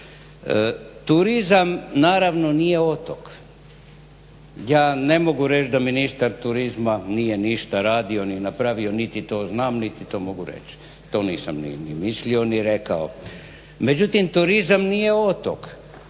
Turizam naravno nije otok. Ja ne mogu reći da ministar turizma nije ništa radio ni napravio, niti to znam niti to mogu reći, to nisam ni mislio ni rekao. Međutim, turizam nije otok